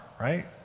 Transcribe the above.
right